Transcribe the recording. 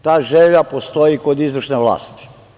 Ta želja postoji i kod izvršne vlasti.